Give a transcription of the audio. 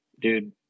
Dude